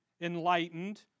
enlightened